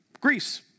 Greece